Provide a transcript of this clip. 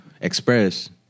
express